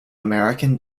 american